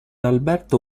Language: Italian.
alberto